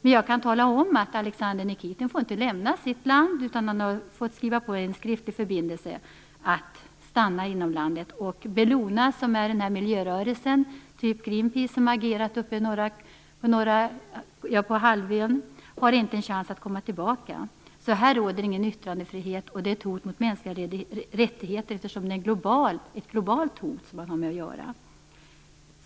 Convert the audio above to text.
Men jag kan tala om att Alexander Nikitin inte får lämna sitt land utan har fått skriva på en skriftlig förbindelse att stanna inom landet. Bellona, som är den miljörörelse av samma typ som Greenpeace som har agerat uppe på norra halvön, har inte en chans att komma tillbaka. Här råder alltså ingen yttrandefrihet, och det är ett hot mot mänskliga rättigheter eftersom det är ett globalt hot som man har att göra